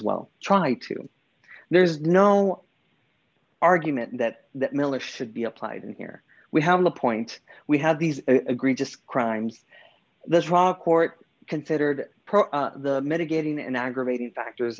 well try to there's no argument that that miller should be applied and here we have the point we have these agreed just crimes this raw court considered the mitigating and aggravating factors